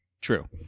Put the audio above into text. True